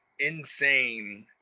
insane